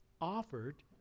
offered